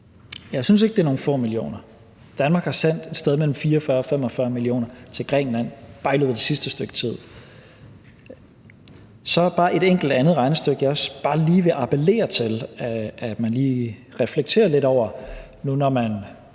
Jeg synes ikke, det er nogle få millioner. Danmark har sendt et sted mellem 44 og 45 mio. kr. til Grækenland bare i løbet af det sidste stykke tid. Så er der bare et enkelt andet regnestykke, jeg også lige vil appellere til at man reflekterer lidt over, nu når man